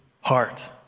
heart